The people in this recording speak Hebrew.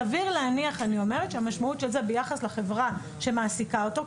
סביר להניח שהמשמעות של זה ביחס לחברה שמעסיקה אותו,